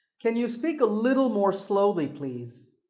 can you speak a little more slowly, please?